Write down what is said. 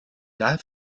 daher